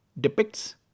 depicts